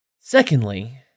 Secondly